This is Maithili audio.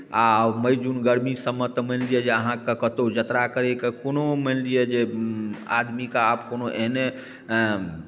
आ मइ जून गर्मी समय तऽ मानि लिअ जे अहाँकेँ कतहु यात्रा करैके कोनो मानि लिअ जे आदमीकेँ आब कोनो एहने